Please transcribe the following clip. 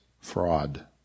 fraud